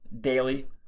daily